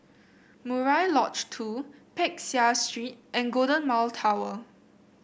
Murai Lodge Two Peck Seah Street and Golden Mile Tower